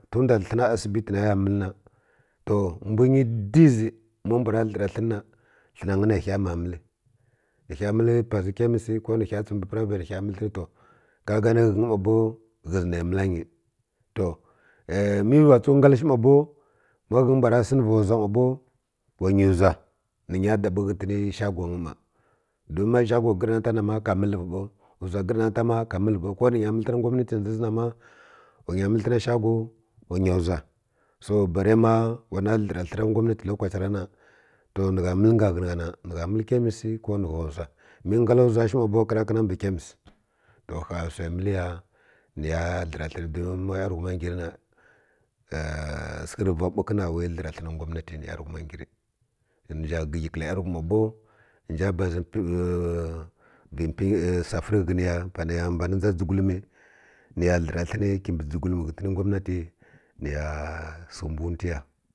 Ton nda hən na asibiti nə ya məl na to mbwnyi diʒi ma mbw ra dləra hə na hənanyi nə ghə ma məl ni ghə məl pali chemist ko nighə tsəw mbə private ni ghə məl hen to ka gani ghənyi ma bow ghəzi nə məl nyi to mə wa tsu ngal shi ma bow ma ghəngi mbw ra sənivi nzwa ma bod wa nyi nzwa ni ghənya dabi ghə tə ni shogo nyi ma don ma shago gər nata ka məl ma ka məl vi baw nzwa gərnata ma ka məl vi baw ko ni nya məl həna ngwanati na dʒa zi na ma ira nye məl hə na shago ira nya nʒwa so barə ma wa na dləra hə na ngwanati lokace ra na so ni gha məl nga nga nə gha məl hə na chamik ko ni gha nʒwa mə ngla nzwa sliw ma bow kərkə ni mbə shago to gha wsai məl ya ni ya dlə ra hən don ma yanghum ma ngar na səkə rə va bukə wa yi dlə ra hən nga ngwanhati ni yanghum ma ngəri ghə zi zha gigi kəl yarighum ma bow ni nja baz satə rə ghə ni ya panə ya mban dʒa dʒigulm ni ya dləra hən kibə dʒigulum ghə təni ngwamnati ni ya səkə məwi twi ya.